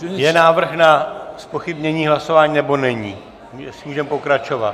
Je návrh na zpochybnění hlasování, nebo není jestli můžeme pokračovat?